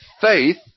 faith